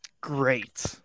Great